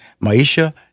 Maisha